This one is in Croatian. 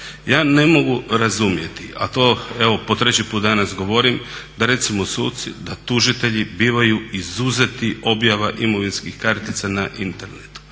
Ja ne mogu razumjeti, a to evo po treći put danas govorim, da recimo suci, da tužitelji bivaju izuzeti objava imovinskih kartica na internetu.